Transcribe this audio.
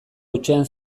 hutsean